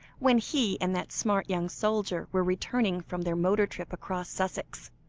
when he and that smart young soldier were returning from their motor trip across sussex.